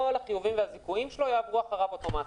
החיובים והזיכויים שלו יעברו אחריו אוטומטית.